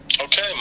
okay